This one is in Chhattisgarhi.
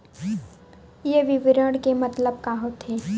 ये विवरण के मतलब का होथे?